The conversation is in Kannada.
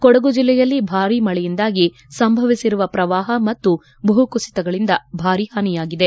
ಕೊಡಗು ಜಿಲ್ಲೆಯಲ್ಲಿ ಭಾರೀ ಮಳೆಯಿಂದಾಗಿ ಸಂಭವಿಸಿರುವ ಪ್ರವಾಪ ಮತ್ತು ಭೂಕುಸಿತಗಳಿಂದ ಭಾರೀ ಹಾನಿಯಾಗಿದೆ